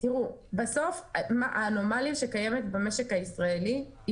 בסוף האנומליה שקיימת במשק הישראלי היא